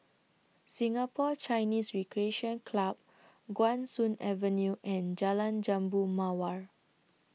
Singapore Chinese Recreation Club Guan Soon Avenue and Jalan Jambu Mawar